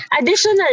Additional